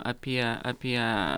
apie apie